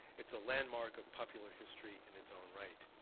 it's a landmark of popular history in its own right.